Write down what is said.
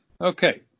Okay